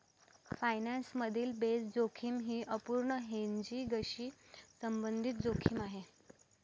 finance मधील base जोखीम ही अपूर्ण हेजिंगशी संबंधित जोखीम आहे